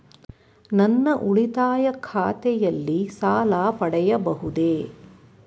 ನನ್ನ ಉಳಿತಾಯ ಖಾತೆಯಲ್ಲಿ ಸಾಲ ಪಡೆಯಬಹುದೇ?